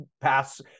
Pass